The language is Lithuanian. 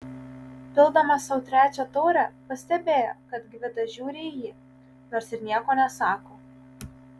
pildamas sau trečią taurę pastebėjo kad gvidas žiūri į jį nors ir nieko nesako